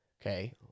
Okay